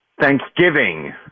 Thanksgiving